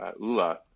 Ula